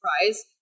surprise